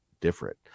different